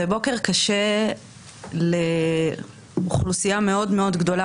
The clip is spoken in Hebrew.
זה בוקר קשה לאוכלוסייה מאוד מאוד גדולה